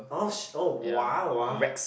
oh shit oh wow wow